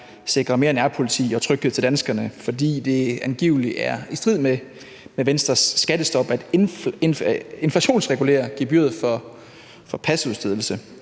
sikrer mere nærpoliti og tryghed til danskerne, fordi det angiveligt er i strid med Venstres skattestop at inflationsregulere gebyret for pasudstedelse.